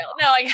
No